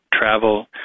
travel